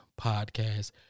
podcast